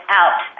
out